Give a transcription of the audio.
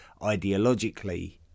ideologically